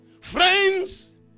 Friends